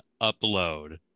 upload